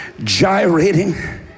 gyrating